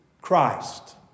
Christ